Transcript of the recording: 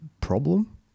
problem